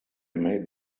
made